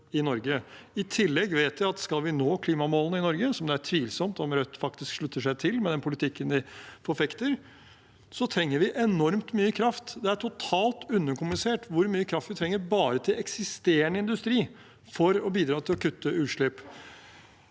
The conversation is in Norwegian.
I tillegg vet vi at skal vi nå klimamålene i Norge – som det er tvilsomt om Rødt faktisk slutter seg til, med den politikken de forfekter – trenger vi enormt mye kraft. Det er totalt underkommunisert hvor mye kraft vi trenger bare til eksisterende industri for å bidra til å kutte utslipp.